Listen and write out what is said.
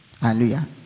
Hallelujah